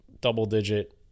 double-digit